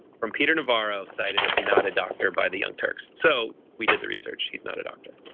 from peter navarro cited as not a doctor by the young turks so we did the research he's not a doctor.